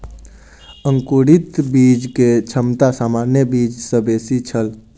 अंकुरित बीज के क्षमता सामान्य बीज सॅ बेसी छल